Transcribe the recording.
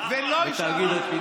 ולא אישרו,